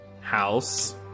house